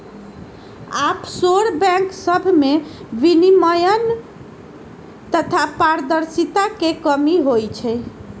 offshore bank सभमें विनियमन तथा पारदर्शिता के कमी होइ छइ